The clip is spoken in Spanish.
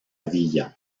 villa